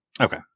Okay